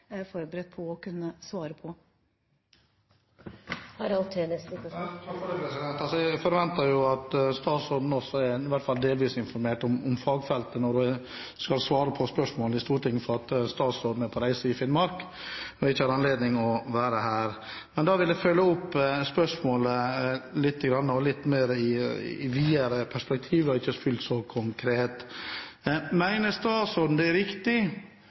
jeg ta med meg til fiskeriministeren, for det er jeg ikke forberedt på å kunne svare på. Jeg forventer jo at statsråden i hvert fall er delvis informert om fagfeltet når hun skal svare på spørsmål i Stortinget fordi fiskeriministeren er på reise i Finnmark og ikke har anledning til å være her. Da vil jeg følge opp spørsmålet lite grann i et litt videre perspektiv og ikke fullt så konkret. Mener statsråden det er